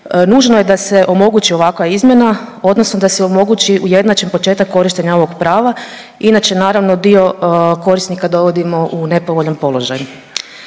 nužno je da se omogući ovakva izmjena odnosno da se omogući ujednačen početak korištenja ovog prava inače naravno dio korisnika dovodimo u nepovoljan položaj.